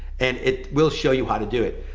and it will show you how to do it.